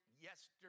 yesterday